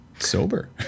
Sober